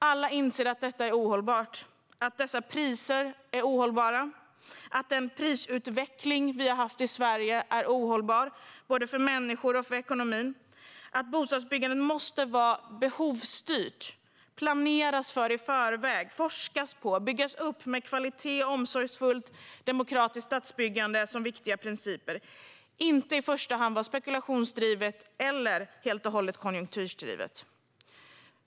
Alla inser att denna situation är ohållbar, att priserna är ohållbara, att prisutvecklingen i Sverige är ohållbar för människor och för ekonomi, att bostadsbyggandet måste vara behovsstyrt och planeras i förväg och forskas på och att det måste byggas med kvalitet och med omsorgsfullt och demokratiskt stadsbyggande som viktiga principer, inte i första hand spekulationsdrivet eller helt och hållet konjunkturdrivet.